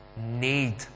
need